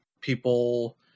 people